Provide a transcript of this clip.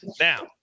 Now